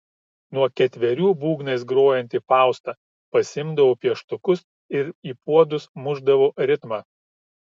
nuo ketverių būgnais grojanti fausta pasiimdavau pieštukus ir į puodus mušdavau ritmą